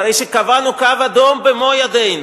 אחרי שקבענו קו אדום במו-ידינו,